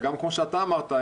כמו שאמרת,